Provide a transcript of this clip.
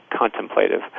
contemplative